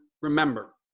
remember